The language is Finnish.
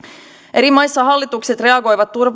eri maissa hallitukset reagoivat